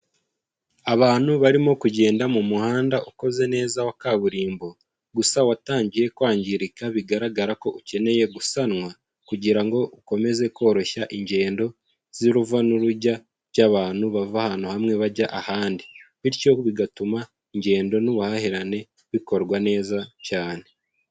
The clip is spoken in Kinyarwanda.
Abantu barimo kugenda mu muhanda ukoze neza wa kaburimbo gusa watangiye kwangirika, bigaragara ko ukeneye gusanwa kugira ngo ukomeze koroshya ingendo z'uruva n'urujya by'abantu bava ahantu hamwe bajya ahandi bityo bigatuma ingendo n'ubuhahirane bikorwa neza cyane.